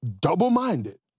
double-minded